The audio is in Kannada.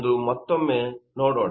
ಎಂದು ಮತ್ತೊಮ್ಮೆ ನೋಡೊಣ